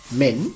men